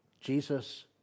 Jesus